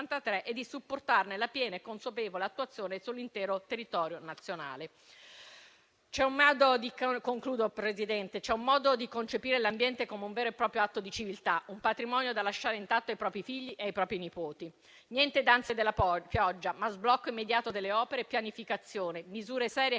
e di supportarne la piena e consapevole attuazione sull'intero territorio nazionale. Concludo, Presidente. C'è un modo di concepire l'ambiente come un vero e proprio atto di civiltà, un patrimonio da lasciare intatto ai propri figli e ai propri nipoti. Niente danze della pioggia, ma sblocco immediato delle opere e pianificazione, misure serie e